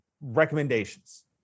recommendations